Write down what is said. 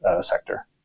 sector